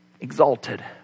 exalted